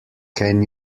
can